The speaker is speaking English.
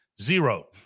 Zero